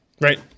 right